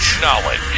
knowledge